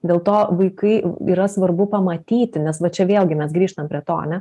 dėl to vaikai yra svarbu pamatyti nes va čia vėlgi mes grįžtam prie to ane